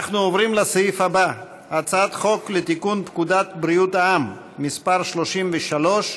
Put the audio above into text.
(תיקון מס' 8),